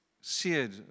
seared